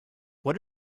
what